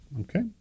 Okay